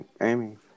Amy